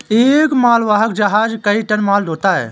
एक मालवाहक जहाज कई टन माल ढ़ोता है